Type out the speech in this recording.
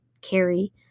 carry